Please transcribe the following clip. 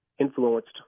influenced